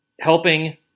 helping